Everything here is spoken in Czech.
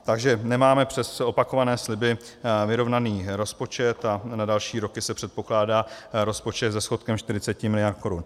Takže nemáme přes opakované sliby vyrovnaný rozpočet a na další roky se předpokládá rozpočet se schodkem 40 mld. korun.